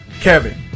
Kevin